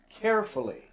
carefully